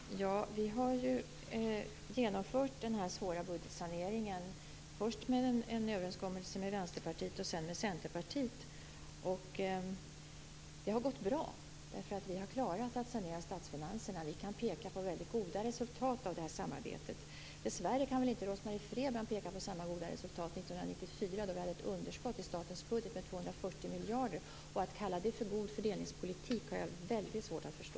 Herr talman! Vi har genomfört den här svåra budgetsaneringen, genom överenskommelser med först Vänsterpartiet och sedan Centerpartiet. Det har gått bra, därför att vi har klarat att sanera statsfinanserna. Vi kan peka på väldigt goda resultat av det här samarbetet. Dessvärre kan inte Rose-Marie Frebran peka på samma goda resultat 1994, då det var ett underskott i statens budget på 240 miljarder. Att man kan kalla det god fördelningspolitik har jag väldigt svårt att förstå.